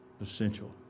essential